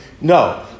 No